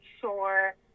sure